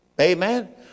Amen